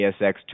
ASX